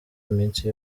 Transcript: iminsi